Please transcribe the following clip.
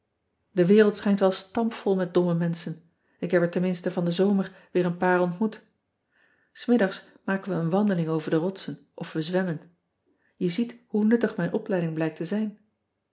e wereld schijut wel stampvol met domme menschen k heb er ten minste van den zomerweer een paar ontmoet s iddags maken we een wandeling over de rotsen of we zwemmen e ziet hoe nuttig mijn opleiding blijkt te zijn